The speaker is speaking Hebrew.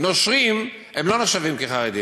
נושרים הם לא נחשבים כחרדים.